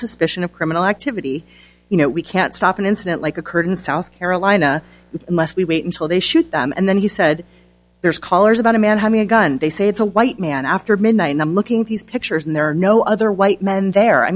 suspicion of criminal activity you know we can't stop an incident like occurred in south carolina unless we wait until they shoot them and then he said there's collars about a man having a gun they say it's a white man after midnight numb looking at these pictures and there are no other white men there i